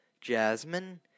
Jasmine